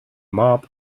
mob